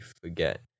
forget